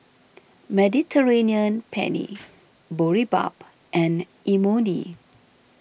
Mediterranean Penne Boribap and Imoni